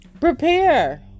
prepare